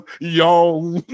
Yo